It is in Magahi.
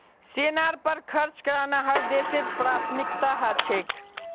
सेनार पर खर्च करना हर देशेर प्राथमिकता ह छेक